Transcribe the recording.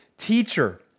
teacher